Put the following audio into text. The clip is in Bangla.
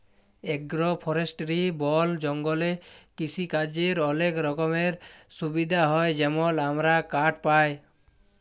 এগ্র ফরেস্টিরি বল জঙ্গলে কিসিকাজের অলেক রকমের সুবিধা হ্যয় যেমল আমরা কাঠ পায়